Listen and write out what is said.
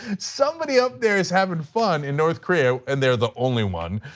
somebody up there is having fun and north korea, and they are the only one,